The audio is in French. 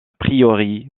priori